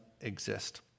exist